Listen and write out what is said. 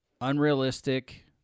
unrealistic